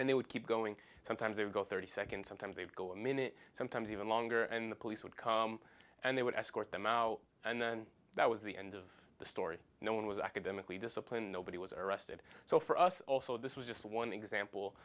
and they would keep going sometimes they would go thirty seconds sometimes they'd go a minute sometimes even longer and the police would come and they would escort them out and then that was the end of the story no one was academically disciplined nobody was arrested so for us also this was just one example